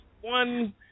one